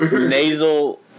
Nasal